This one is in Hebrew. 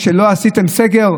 על כך שלא עשיתם סגר?